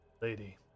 Lady